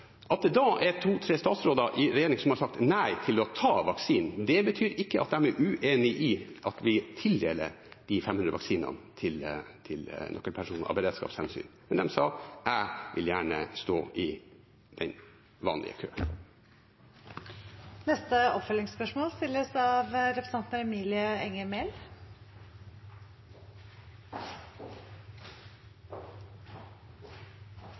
å ta vaksinen, betyr ikke at de er uenig i at vi tildeler de 500 vaksinene til nøkkelpersoner av beredskapshensyn. Men de sa: Jeg vil gjerne stå i den vanlige køen. Emilie Enger Mehl – til oppfølgingsspørsmål. Tilbake i januar kom PST i sin trusselvurdering med en advarsel om utenlandske oppkjøp av